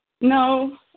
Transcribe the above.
no